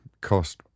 cost